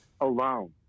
alone